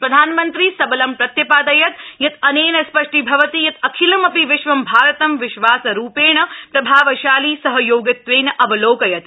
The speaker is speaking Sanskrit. प्रधानमन्त्री सबलं प्रत्य ादयत् यत् अनेन स्थष्टीभवति यत् अखिलम विश्वं भारतं विश्वासरुपेण प्रभावशाली सहयोगित्वेन अवलोकयति